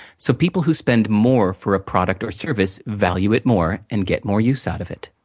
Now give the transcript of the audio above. so, people who spend more for a product or service value it more, and get more use out of it,